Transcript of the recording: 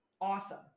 Awesome